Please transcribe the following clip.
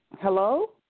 Hello